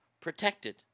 protected